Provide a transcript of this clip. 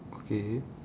okay